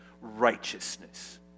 righteousness